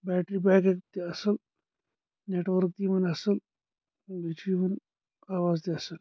battery backup تہِ اَصٕل network تہِ یِوان اَصٕل بیٚیہِ چھُ یِوان آواز تہِ اَصٕل